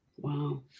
Wow